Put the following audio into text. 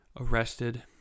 arrested